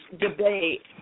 debate